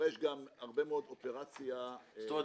שדורש גם הרבה מאוד אופרציה --- זאת אומרת,